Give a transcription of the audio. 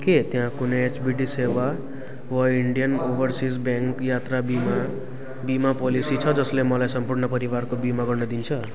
के त्यहाँ कुनै एचबिडी सेवा वा इन्डियन ओभरसिज ब्याङ्क यात्रा बिमा बिमा पोलेसी छ जसले मलाई मेरो सम्पूर्ण परिवारको बिमा गर्न दिन्छ